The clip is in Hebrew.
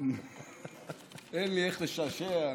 אין לי איך לשעשע.